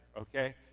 okay